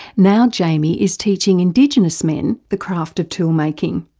now jamie is teaching indigenous men the craft of tool making.